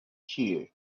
cheer